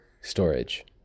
storage